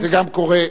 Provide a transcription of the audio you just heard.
נו, גם זה קורה.